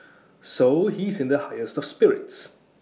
so he's in the highest of spirits